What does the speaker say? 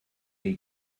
chi